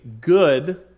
good